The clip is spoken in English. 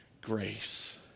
grace